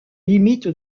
limites